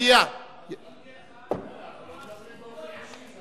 אני מודיע לך,